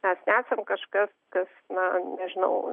mes nesam kažkas kas na nežinau